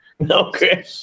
Okay